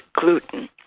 gluten